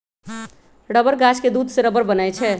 rubber गाछ के दूध से रबर बनै छै